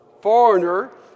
foreigner